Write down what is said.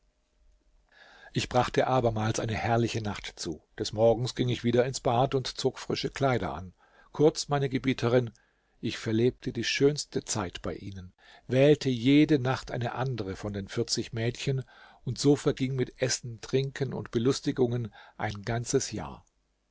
ich brachte abermals eine herrliche nacht zu des morgens ging ich wieder ins bad und zog frische kleider an kurz meine gebieterin ich verlebte die schönste zeit bei ihnen wählte jede nacht eine andere von den vierzig mädchen und so verging mit essen trinken und belustigungen ein ganzes jahr